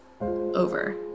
over